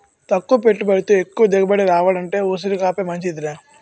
తక్కువ పెట్టుబడితో ఎక్కువ దిగుబడి రావాలంటే ఉసిరికాపే మంచిదిరా